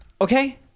Okay